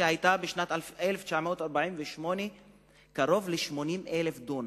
שהיתה בשנת 1948 קרוב ל-80,000 דונם,